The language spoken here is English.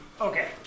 Okay